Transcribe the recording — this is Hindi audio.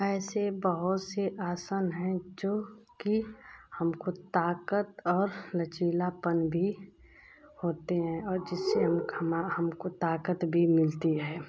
ऐसे बहुत से आसन हैं जो कि हमको ताक़त और लचीलापन भी होते हैं और जिससे हम हमको ताक़त भी मिलती है